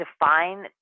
define